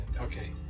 okay